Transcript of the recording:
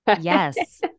Yes